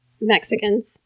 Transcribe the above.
Mexicans